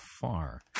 far